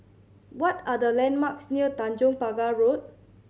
what are the landmarks near Tanjong Pagar Road